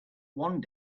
one